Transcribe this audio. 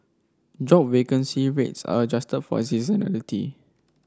job vacancy rates are adjusted for seasonality